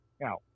Now